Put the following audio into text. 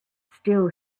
still